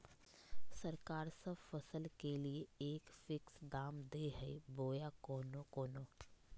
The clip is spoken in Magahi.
सरकार सब फसल के लिए एक फिक्स दाम दे है बोया कोनो कोनो?